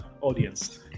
audience